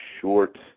short